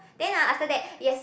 then ah after that yes